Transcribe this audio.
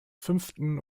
fünften